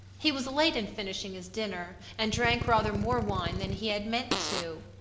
he was late in finishing his dinner, and drank rather more wine than he had meant to.